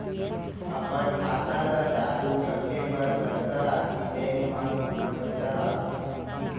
अपन खाता ल चालू रखे बर कतका राशि बैंक म हमेशा राखहूँ?